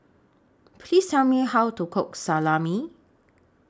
Please Tell Me How to Cook Salami